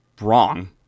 wrong